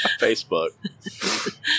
facebook